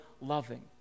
loving